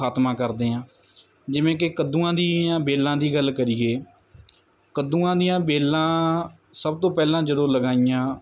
ਖਾਤਮਾ ਕਰਦੇ ਆਂ ਜਿਵੇਂ ਕਿ ਕੱਦੂਆਂ ਦੀਆਂ ਵੇਲਾਂ ਦੀ ਗੱਲ ਕਰੀਏ ਕੱਦੂਆਂ ਦੀਆਂ ਵੇਲਾਂ ਸਭ ਤੋਂ ਪਹਿਲਾਂ ਜਦੋਂ ਲਗਾਈਆਂ